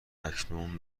اکنون